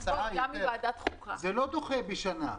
זה לא דוחה בשנה.